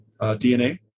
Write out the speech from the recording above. DNA